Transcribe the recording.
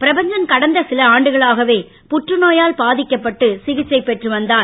பிரபஞ்சன் கடந்த சில ஆண்டுகளாகவே புற்று நோயால் பாதிக்கப்பட்டு சிகிச்சை பெற்றுவந்தார்